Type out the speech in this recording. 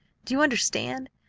do you understand?